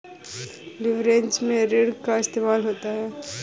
leverage में ऋण का इस्तेमाल होता है